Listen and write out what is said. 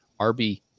RB